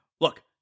Look